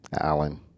alan